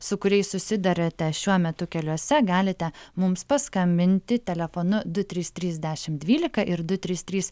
su kuriais susidariate šiuo metu keliuose galite mums paskambinti telefonu du trys trys dešimt dvylika ir du trys trys